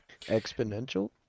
Exponential